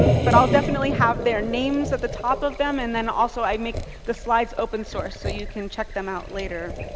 um but i'll definitely have their names at the top of them, and then also i made the slides open source, so you can check them out later.